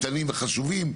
קטנים וחשובים,